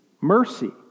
mercy